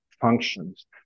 functions